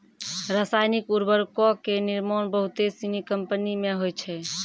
रसायनिक उर्वरको के निर्माण बहुते सिनी कंपनी मे होय छै